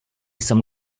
some